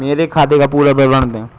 मेरे खाते का पुरा विवरण दे?